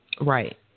Right